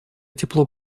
тепло